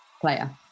player